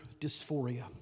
dysphoria